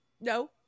No